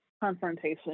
confrontation